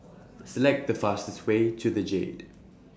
Select The fastest Way to The Jade